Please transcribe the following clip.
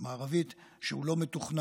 מערבית משק חלב שהוא לא מתוכנן.